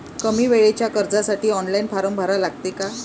कमी वेळेच्या कर्जासाठी ऑनलाईन फारम भरा लागते का?